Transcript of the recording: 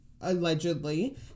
allegedly